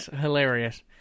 hilarious